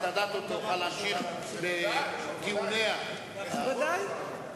אדוני היושב-ראש,